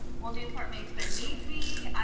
will newport-mesa need me?